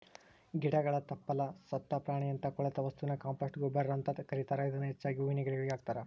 ಗಿಡಗಳ ತಪ್ಪಲ, ಸತ್ತ ಪ್ರಾಣಿಯಂತ ಕೊಳೆತ ವಸ್ತುನ ಕಾಂಪೋಸ್ಟ್ ಗೊಬ್ಬರ ಅಂತ ಕರೇತಾರ, ಇದನ್ನ ಹೆಚ್ಚಾಗಿ ಹೂವಿನ ಗಿಡಗಳಿಗೆ ಹಾಕ್ತಾರ